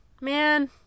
Man